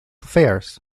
affairs